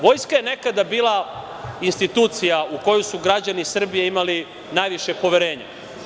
Vojska je nekada bila institucija u koju su građani Srbije imali najviše poverenja.